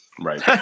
Right